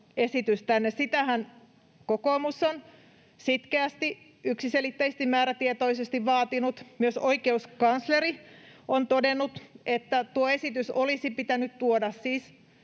esitys tänne. Sitähän kokoomus on sitkeästi, yksiselitteisesti, määrätietoisesti vaatinut. Myös oikeuskansleri on todennut, että tuo esitys olisi pitänyt tuoda, siis